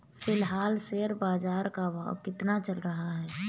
फिलहाल शेयर बाजार का भाव कितना चल रहा है?